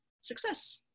success